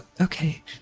okay